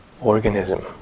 organism